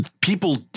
people